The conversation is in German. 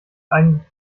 eigentlich